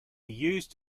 used